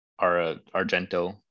Argento